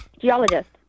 Geologist